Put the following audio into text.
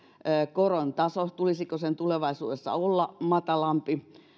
koron taso tulisiko sen tulevaisuudessa olla matalampi